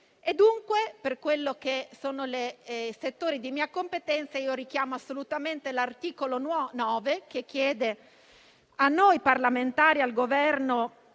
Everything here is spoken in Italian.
Dunque, per quanto riguarda i settori di mia competenza, io richiamo assolutamente l'articolo 9, che chiede a noi parlamentari e al Governo